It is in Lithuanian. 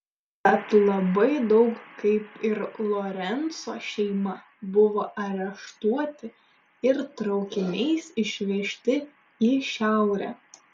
bet labai daug kaip ir lorenco šeima buvo areštuoti ir traukiniais išvežti į šiaurę